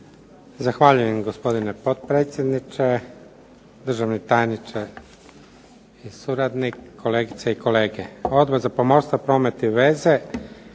Zahvaljujem gospodine potpredsjedniče, državni tajniče i suradnik, kolegice i kolege. Odbor za pomorstvo, promet i veze